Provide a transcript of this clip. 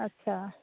अच्छा